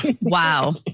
Wow